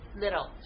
little